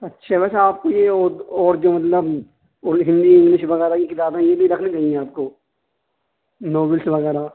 اچھا ویسے آپ کے اور اور جو مطلب اور ہندی انگلش وغیرہ کی کتابیں یہ بھی رکھنی چاہیے آپ کو ناولز وغیرہ